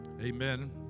Amen